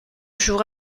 jour